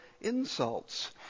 insults